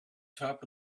top